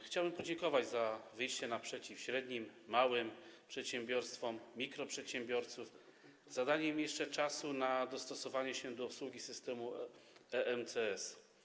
Chciałbym podziękować za wyjście naprzeciw średnim, małym przedsiębiorstwom, mikroprzedsiębiorcom, za danie im czasu na dostosowanie się do obsługi systemu EMCS.